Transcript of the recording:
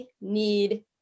need